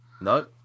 No